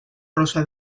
rosa